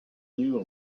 knew